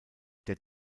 der